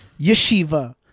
yeshiva